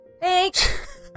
thanks